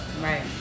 Right